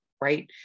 right